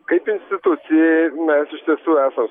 kaip institucijai mes iš tiesų esam